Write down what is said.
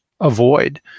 avoid